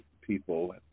people